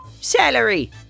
Celery